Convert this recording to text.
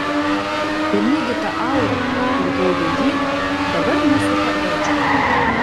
ir negi ta aura kur gaubė jį dabar nesupa edžio